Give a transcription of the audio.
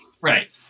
right